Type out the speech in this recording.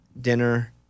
dinner